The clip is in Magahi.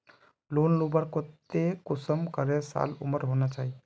लोन लुबार केते कुंसम करे साल उमर होना चही?